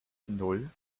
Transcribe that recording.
nan